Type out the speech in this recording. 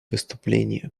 выступление